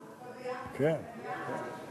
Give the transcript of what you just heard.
הכול ביחד ואז תענה ביחד?